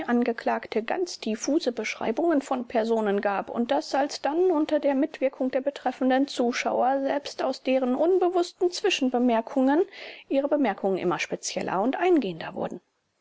angeklagte ganz diffuse beschreibungen von personen gab und daß alsdann unter der mitwirkung der betreffenden zuschauer selbst aus deren unbewußten zwischenbemerkungen ihre bemerkungen immer spezieller und eingehender wurden